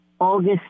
August